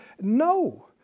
No